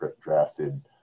drafted